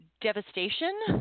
devastation